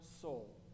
soul